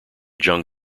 jung